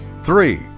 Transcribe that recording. Three